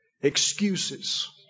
Excuses